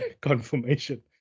confirmation